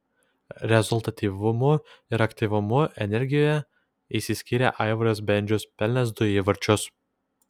rezultatyvumu ir aktyvumu energijoje išsiskyrė aivaras bendžius pelnęs du įvarčius